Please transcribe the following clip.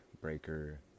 Breaker